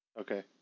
Okay